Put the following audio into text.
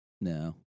No